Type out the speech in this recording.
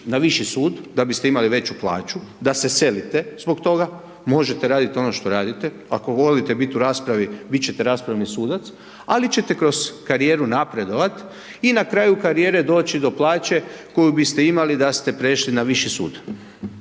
na viši sud da biste imali veću plaću, da se selite zbog toga, možete raditi ono što radite, ako volite biti u raspravi, bit ćete raspravni sudac, ali ćete kroz karijeru napredovat i na kraju karijere doći do plaće koju biste imali da ste prešli na viši sud.